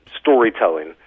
storytelling